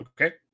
okay